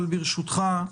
ברשותך,